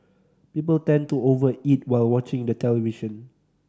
people tend to over eat while watching the television